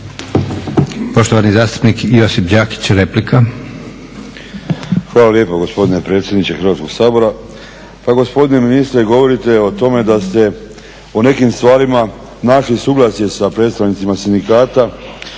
Hvala lijepo gospodine predsjedniče Hrvatskog sabora. Pa gospodine ministre govorite o tome da ste o nekim stvarima našli suglasje sa predstavnicima sindikata,